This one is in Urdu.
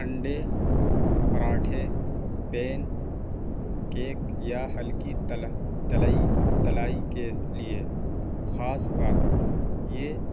انڈے پراٹھے پین کیک یا ہلکی تل تلئی تلائی کے لیے خاص بات یہ